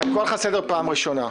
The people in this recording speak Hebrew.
אני קורא לך לסדר פעם ראשונה.